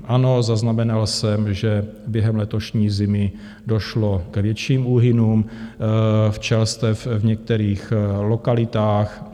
Ano, zaznamenal jsem, že během letošní zimy došlo k větším úhynům včelstev v některých lokalitách.